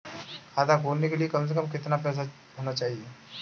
खाता खोलने के लिए कम से कम कितना पैसा होना चाहिए?